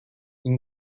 این